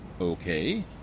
Okay